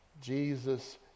Jesus